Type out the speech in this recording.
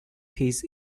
his